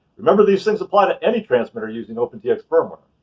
remember, these things apply to any transmitter using opentx firmware.